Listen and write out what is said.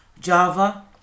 Java